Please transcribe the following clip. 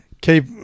Keep